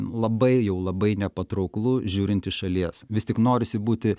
labai jau labai nepatrauklu žiūrint iš šalies vis tik norisi būti